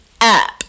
up